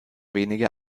wenige